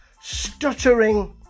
stuttering